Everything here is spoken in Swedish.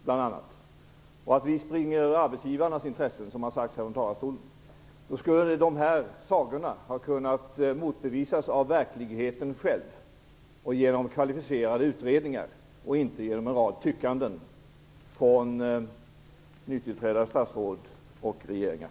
Det har dessutom hävdats att vi går arbetsgivarnas intressen till mötes. Dessa påståenden skulle ha kunnat motbevisas av verkligheten själv och genom kvalificerade utredningar i stället för att underkännas genom en rad tyckanden från nytillträdande statsråd i regeringen.